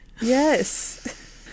Yes